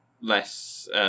less